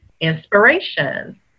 Inspiration